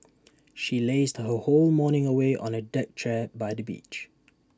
she lazed her whole morning away on A deck chair by the beach